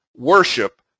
worship